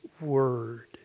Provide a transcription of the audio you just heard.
Word